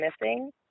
missing